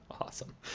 Awesome